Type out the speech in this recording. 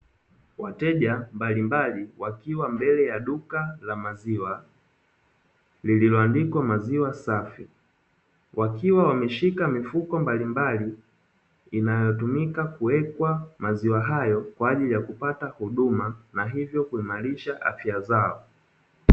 Wateja mbalimbali wakiwa mbele ya duka la maziwa lililoandikwa maziwa safi, wakiwa wameshika mifuko mbalimbali inayotumika kuwekwa maziwa hayo kwa ajili ya kupata huduma na hivyo kuimarisha afya zao.